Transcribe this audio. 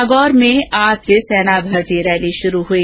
नागौर में आज से सेना भर्ती रैली शुरु हुई